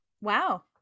Wow